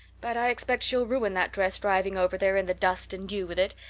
but i expect she'll ruin that dress driving over there in the dust and dew with it,